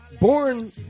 born